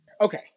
Okay